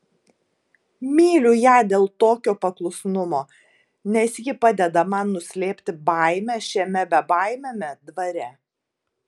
myliu ją dėl tokio paklusnumo nes ji padeda man nuslėpti baimę šiame bebaimiame dvare